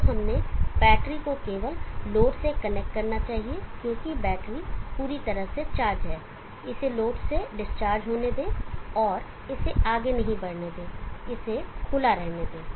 तो हमें बैटरी को केवल लोड से कनेक्ट करना चाहिए क्योंकि बैटरी पूरी तरह से चार्ज है इसे लोड से डिस्चार्ज होने दें और इसे आगे नहीं बढ़ने दें इसे खुला रहने दें